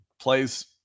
plays